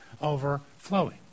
overflowing